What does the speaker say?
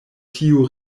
tiu